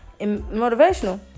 motivational